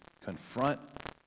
confront